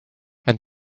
and